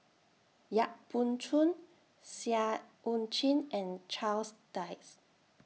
Yap Boon Chuan Seah EU Chin and Charles Dyce